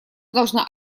должна